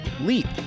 LEAP